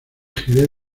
jerez